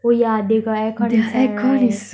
oh yeah they got air con inside right